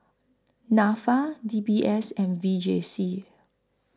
Nafa D B S and V J C